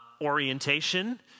orientation